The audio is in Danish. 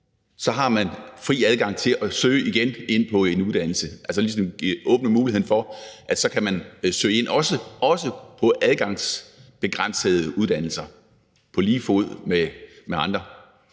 år, har man igen fri adgang til at søge ind på en uddannelse – altså åbne muligheden for, at man så kan søge ind på adgangsbegrænsede uddannelser på lige fod med andre.